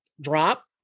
drop